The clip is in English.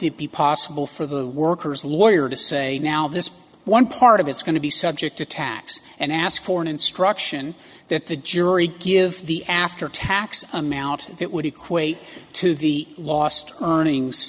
it be possible for the workers lawyer to say now this one part of it's going to be subject to tax and ask for an instruction that the jury give the after tax amount that would equate to the last earnings